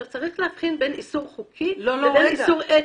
צריך להבחין בין איסור חוק לבין איסור אתי.